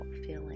feeling